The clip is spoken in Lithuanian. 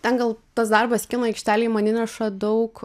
ten gal tas darbas kino aikštelėj man įneša daug